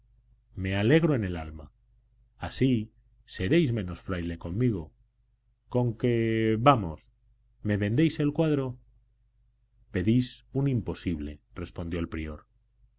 me alegro en el alma así seréis menos fraile conmigo conque vamos me vendéis el cuadro pedís un imposible respondió el prior